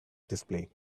display